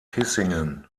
kissingen